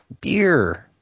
beer